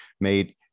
made